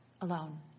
alone